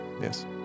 Yes